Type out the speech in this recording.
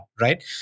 right